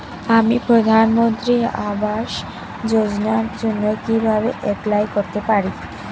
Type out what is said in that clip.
আমি প্রধানমন্ত্রী আবাস যোজনার জন্য কিভাবে এপ্লাই করতে পারি?